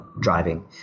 driving